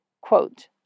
quote